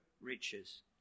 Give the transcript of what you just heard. riches